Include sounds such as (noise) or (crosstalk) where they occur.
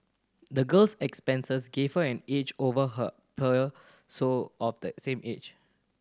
the girl's experiences gave her an edge over her (unintelligible) so of the same age